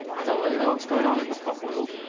i don't really know what's going on in the pop world,